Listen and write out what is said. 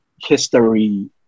history